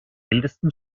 ältesten